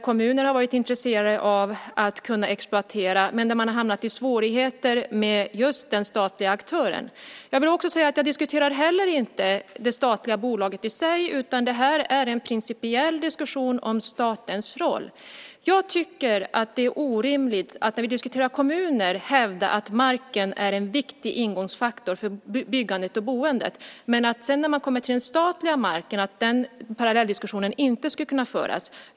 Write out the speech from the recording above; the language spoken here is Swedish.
Kommuner har varit intresserade av att exploatera men har hamnat i svårigheter med den statliga aktören. Jag diskuterar inte heller det statliga bolaget i sig. Det här är en principiell diskussion om statens roll. Det är orimligt att när vi diskuterar kommuner hävda att marken är en viktig ingångsfaktor för byggandet och boendet men att vi inte skulle kunna föra parallelldiskussionen om den statliga marken.